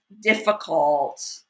difficult